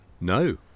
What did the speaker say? No